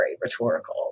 rhetorical